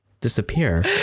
disappear